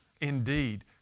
Indeed